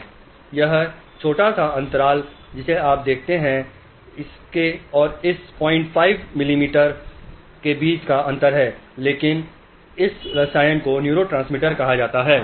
यह छोटा सा अंतराल जिसे आप देखते हैं इसके और इस 05 मिलीसेकंड के बीच का अंतर है लेकिन इन रसायनों को न्यूरोट्रांसमीटर कहा जाता है